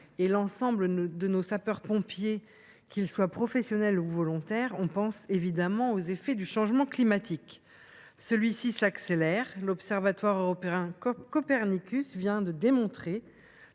que l’ensemble de nos sapeurs pompiers, qu’ils soient professionnels ou volontaires, on pense évidemment aux effets du changement climatique. Celui ci s’accélère. L’observatoire européen Copernicus vient de le démontrer